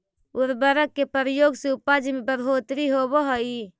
उर्वरक के प्रयोग से उपज में बढ़ोत्तरी होवऽ हई